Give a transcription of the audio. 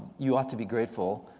you ought to be grateful,